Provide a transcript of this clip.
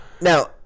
Now